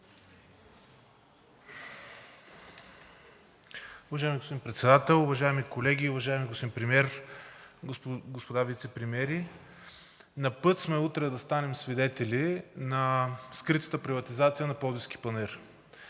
Уважаеми господин Председател, уважаеми колеги, уважаеми господин Премиер, господа вицепремиери! Напът сме утре да станем свидетели на скритата приватизация на Пловдивския панаир.